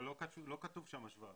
אבל לא כתוב שם השוואה,